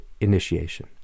initiation